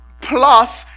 plus